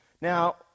Now